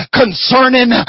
concerning